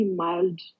mild